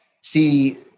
see